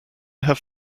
have